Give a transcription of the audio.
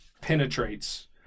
penetrates